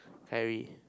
Khairi